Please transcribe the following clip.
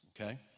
okay